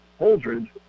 Holdridge